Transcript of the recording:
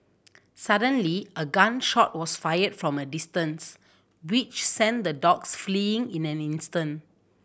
suddenly a gun shot was fired from a distance which sent the dogs fleeing in an instant